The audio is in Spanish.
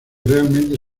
realmente